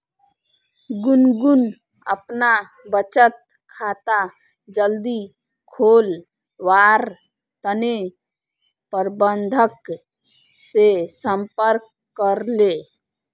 गुनगुन अपना बचत खाता जल्दी खोलवार तने प्रबंधक से संपर्क करले